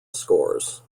scores